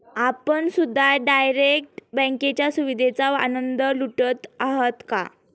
आपण सुद्धा डायरेक्ट बँकेच्या सुविधेचा आनंद लुटत आहात का?